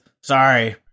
sorry